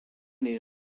les